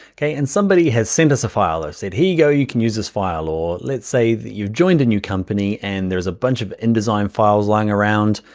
okay, and somebody has sent us a file or said, here you go. you can use this file or let's say that you've joined a new company and there's a bunch of indesign files lying around.